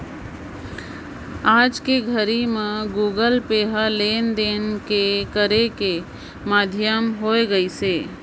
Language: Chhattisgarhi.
आयज के घरी मे गुगल पे ह लेन देन करे के माधियम होय गइसे